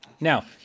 Now